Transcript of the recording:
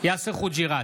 יאסר חוג'יראת,